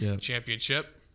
Championship